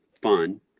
fun